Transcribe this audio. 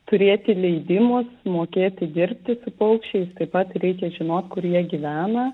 turėti leidimus mokėti dirbti su paukščiais taip pat reikia žinot kur jie gyvena